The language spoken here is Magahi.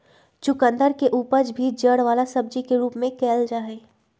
चुकंदर के उपज भी जड़ वाला सब्जी के रूप में कइल जाहई